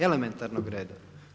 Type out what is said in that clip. Elementarnog reda.